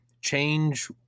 Change